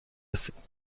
رسید